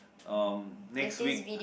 um next week